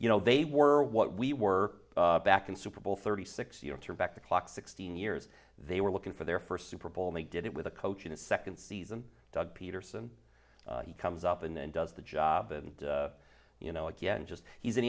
you know they were what we were back in super bowl thirty six you have to back the clock sixteen years they were looking for their first super bowl and they did it with a coach in the second season doug peterson he comes up and does the job and you know again just he's an